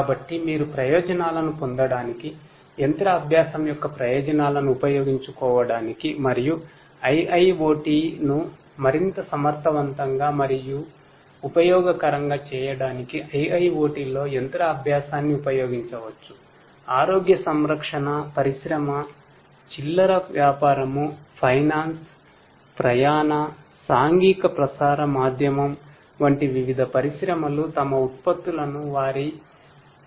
కాబట్టి మీరు ప్రయోజనాలను పొందటానికి మెషిన్ లెర్నింగ్ తో IIoT ని ఉపయోగిస్తాయి